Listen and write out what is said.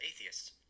atheists